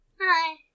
Hi